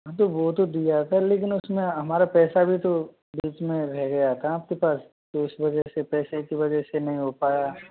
हाँ तो वो तो दिया है सर लेकिन उसमें हमारा पैसा भी तो उसमे रह गया था आपके पास उस वजह से पैसे कि वजह से नहीं हो पाया